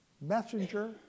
messenger